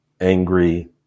angry